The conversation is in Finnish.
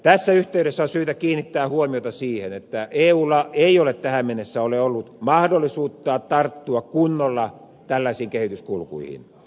tässä yhteydessä on syytä kiinnittää huomiota siihen että eulla ei tähän mennessä ole ollut mahdollisuutta tarttua kunnolla tällaisiin kehityskulkuihin